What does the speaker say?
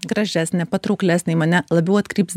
gražesnė patrauklesnė į mane labiau atkreips